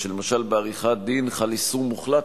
אתה תישאר, אני אוסיף את קולך.